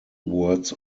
words